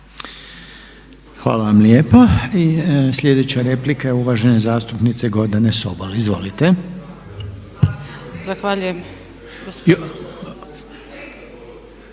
Hvala lijepa. I sljedeća replika je uvažene zastupnice Gordane Sobol. Izvolite.